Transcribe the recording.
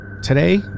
Today